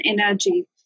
energy